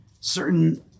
Certain